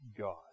God